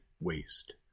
waste